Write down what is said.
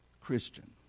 Christian